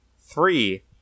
three